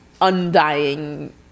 undying